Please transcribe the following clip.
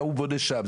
וההוא בונה שם.